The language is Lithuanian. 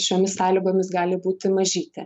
šiomis sąlygomis gali būti mažytė